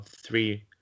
three